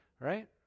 Right